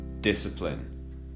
discipline